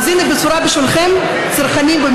אדוני היושב-ראש, אני זוכר את היום הזה